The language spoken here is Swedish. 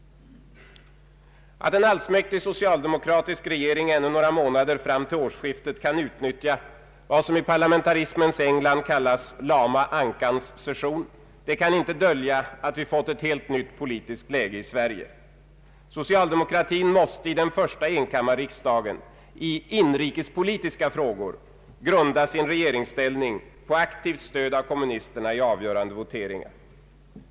Att en allsmäktig socialdemokratisk regering ännu några månader fram till årsskiftet kan utnyttja vad som i parlamentarismens England kallas lama ankans session, kan inte dölja att vi har fått ett helt nytt politiskt läge i Sverige. Socialdemokratin måste i den första enkammarriksdagen i inrikespolitiska frågor grunda sin regeringsställning på aktivt stöd av kommunisterna i avgörande voteringar.